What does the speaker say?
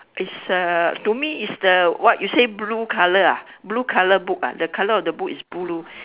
is uh to me is the what you say blue colour ah blue colour book ah the colour of the book is blue